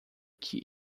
que